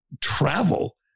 travel